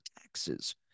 taxes